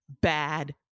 bad